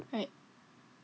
right